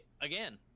again